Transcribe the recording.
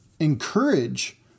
encourage